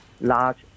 large